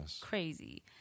Crazy